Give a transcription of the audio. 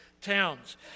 towns